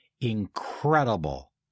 incredible